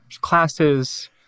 classes